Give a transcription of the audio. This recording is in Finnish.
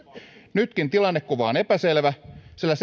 nytkin tilannekuva on epäselvä sillä